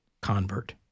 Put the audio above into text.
convert